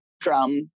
drum